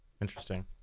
interesting